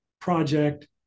project